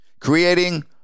creating